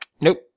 Nope